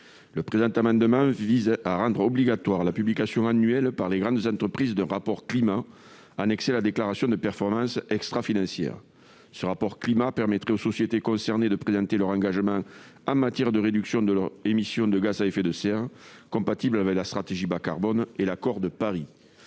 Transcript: le président Herman demain vise à rendre obligatoire la publication annuelle par les grandes entreprises de rapport Climat annexé la déclaration de performance extra-financière ce rapport Climat permettrait aux sociétés concernées de présenter leur engagement en matière de réduction de leurs émissions de gaz à effet de C1 compatible avec la stratégie bas carbone et l'accord de Paris